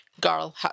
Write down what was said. girl